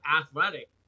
athletic